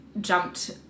jumped